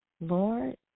Lord